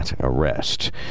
arrest